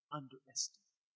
underestimate